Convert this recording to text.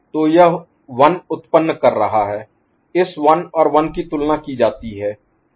तो यह 1 उत्पन्न कर रहा है इस 1 और 1 की तुलना की जाती है